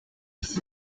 iki